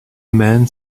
man